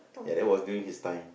ya that was during his time